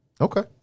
okay